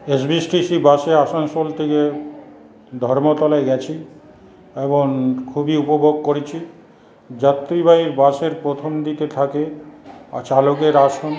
SBSTC বাসে আসানসোল থেকে ধর্মতলায় গেছি এবং খুবই উপভোগ করেছি যাত্রীবাহী বাসের প্রথমদিকে থাকে চালকের আসন